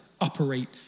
operate